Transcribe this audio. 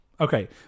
Okay